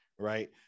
Right